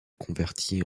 convertie